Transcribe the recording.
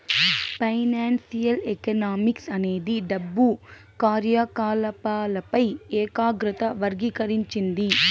financial economics అనేది డబ్బు కార్యకాలపాలపై ఏకాగ్రత వర్గీకరించింది